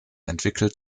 entwickelt